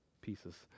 pieces